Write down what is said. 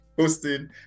hosting